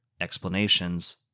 explanations